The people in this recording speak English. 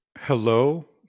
Hello